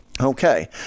Okay